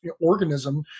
organism